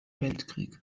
weltkrieg